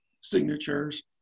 signatures